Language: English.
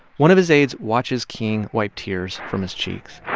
one of his aides watches king wipe tears from his cheeks